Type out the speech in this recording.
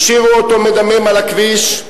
והשאירו אותו מדמם על הכביש.